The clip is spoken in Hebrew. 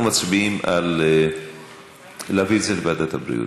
אנחנו מצביעים על להעביר את זה לוועדת הבריאות.